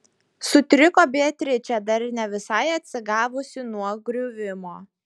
sutriko beatričė dar ne visai atsigavusi nuo griuvimo